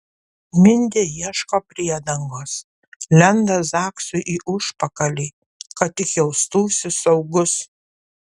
mindė ieško priedangos lenda zaksui į užpakalį kad tik jaustųsi saugus